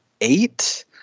eight